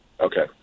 Okay